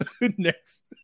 next